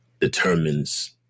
determines